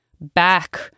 back